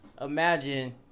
Imagine